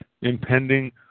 impending